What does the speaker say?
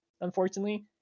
unfortunately